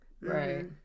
right